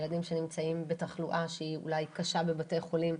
ילדים שנמצאים בתחלואה שהיא אולי קשה בבתי חולים,